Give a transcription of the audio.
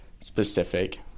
specific